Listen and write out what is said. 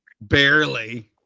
Barely